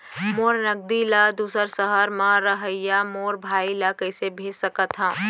मोर नगदी ला दूसर सहर म रहइया मोर भाई ला कइसे भेज सकत हव?